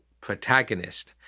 protagonist